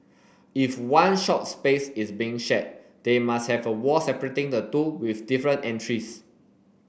if one shop space is being shared they must have a wall separating the two with different entries